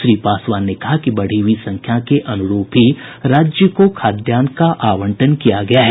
श्री पासवान ने कहा कि बढ़ी हुई संख्या के अनुरूप ही राज्य को खाद्यान्न का आवंटन किया गया है